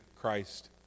Christ